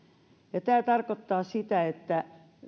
ja tämä tarkoittaa että